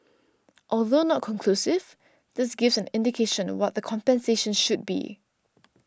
although not conclusive this gives an indication what the compensation should be